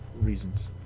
reasons